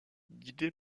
guidé